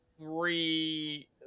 three